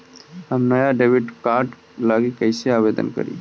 हम नया debit card लागी कईसे आवेदन करी?